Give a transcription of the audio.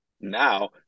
now